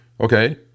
okay